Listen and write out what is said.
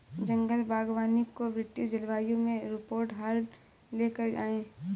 जंगल बागवानी को ब्रिटिश जलवायु में रोबर्ट हार्ट ले कर आये